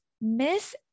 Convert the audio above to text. Miss